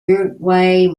uruguay